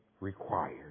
required